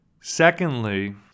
Secondly